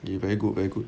K very good very good